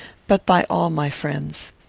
but by all my friends.